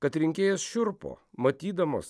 kad rinkėjas šiurpo matydamas